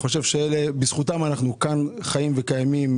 בזכותם אנחנו כאן חיים וקיימים.